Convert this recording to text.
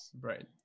right